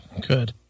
Good